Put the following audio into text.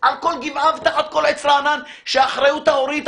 על כל גבעה ותחת כל עץ רענן שהאחריות ההורית,